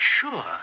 sure